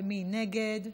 מי נגד?